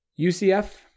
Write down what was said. UCF